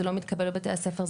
זה לא מתקבל בבתי הספר,